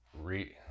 re